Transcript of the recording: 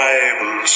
Bible